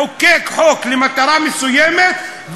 לחוקק חוק למטרה מסוימת,